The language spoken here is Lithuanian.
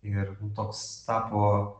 ir toks tapo